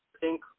pink